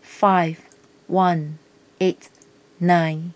five one eight nine